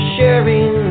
Sharing